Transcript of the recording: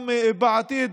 גם בעתיד.